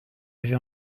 avait